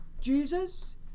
Jesus